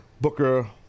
Booker